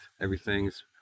everything's